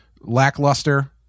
lackluster